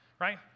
right